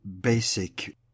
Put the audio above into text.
basic